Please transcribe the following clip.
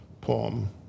poem